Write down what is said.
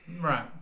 Right